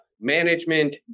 management